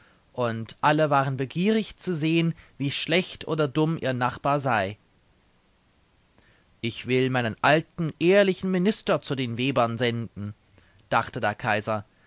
und alle waren begierig zu sehen wie schlecht oder dumm ihr nachbar sei ich will meinen alten ehrlichen minister zu den webern senden dachte der kaiser